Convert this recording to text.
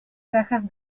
cajas